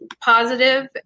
positive